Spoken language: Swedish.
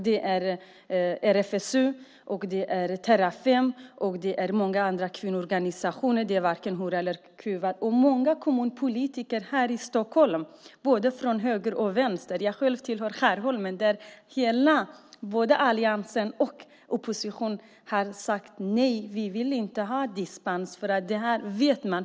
Det menar också RFSU, Terrafem och många kvinnoorganisationer som Varken hora eller kuvad. Det gäller även många kommunpolitiker här i Stockholm, både från höger och vänster. Jag själv tillhör Skärholmen, där både alliansen och oppositionen har sagt nej. Vi vill inte ha dispens.